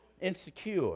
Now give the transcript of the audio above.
insecure